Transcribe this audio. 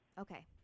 Okay